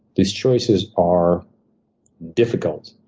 these choices are difficult.